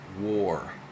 war